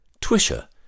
Twisha